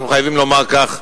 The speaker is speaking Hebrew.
אנחנו חייבים לומר כך: